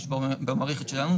שיש במערכת שלנו,